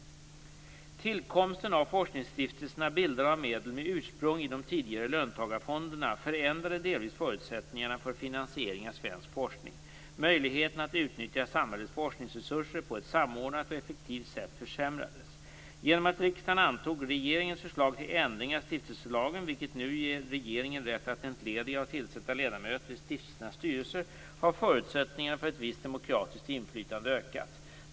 Tillkomsten av forskningsstiftelserna bildade av medel med ursprung i de tidigare löntagarfonderna förändrade delvis förutsättningarna för finansiering av svensk forskning. Möjligheterna att utnyttja samhällets forskningsresurser på ett samordnat och effektivt sätt försämrades. Genom att riksdagen antog regeringens förslag till ändring av stiftelselagen, vilken nu ger regeringen rätt att entlediga och tillsätta ledamöter i stiftelsernas styrelser, har förutsättningarna för ett visst demokratiskt inflytande ökat.